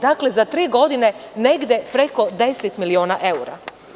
Dakle, za tri godine, negde preko 10 miliona evra.